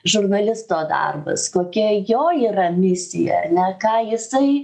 žurnalisto darbas kokia jo yra misija ar ne ką jisai